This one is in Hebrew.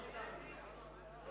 40,